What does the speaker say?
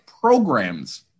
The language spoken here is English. programs